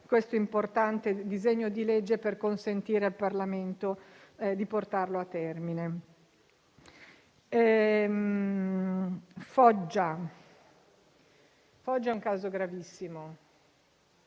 questo importante disegno di legge per consentire al Parlamento di portarlo a termine. Foggia è un caso gravissimo,